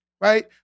Right